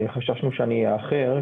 חששנו שאני אאחר,